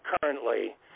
currently